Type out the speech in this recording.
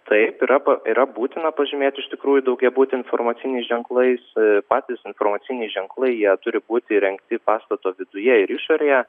taip yra po yra būtina pažymėti iš tikrųjų daugiabutį informaciniais ženklais patys informaciniai ženklai jie turi būti įrengti pastato viduje ir išorėje